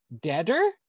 Deader